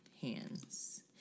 hands